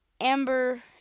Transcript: Amber